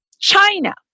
China